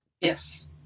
Yes